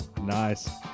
nice